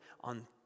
on